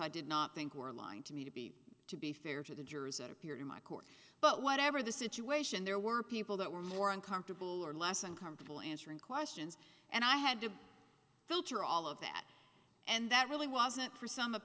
i did not think were lying to me to be to be fair to the jurors that appeared in my court but whatever the situation there were people that were more uncomfortable or less uncomfortable answering questions and i had to filter all of that and that really wasn't for some